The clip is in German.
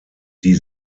die